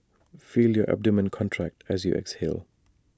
feel your abdomen contract as you exhale